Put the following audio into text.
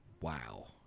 wow